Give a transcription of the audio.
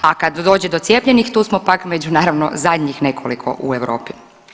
A kad dođe do cijepljenih tu smo pak među naravno zadnjih nekoliko u Europi.